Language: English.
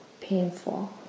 painful